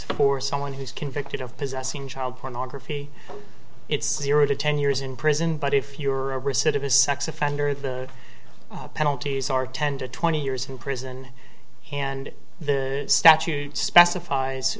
for someone who's convicted of possessing child pornography it's zero to ten years in prison but if you are a recidivist sex offender the penalties are ten to twenty years in prison and the statute specifies